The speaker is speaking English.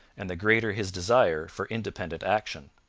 and the greater his desire for independent action.